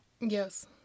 Yes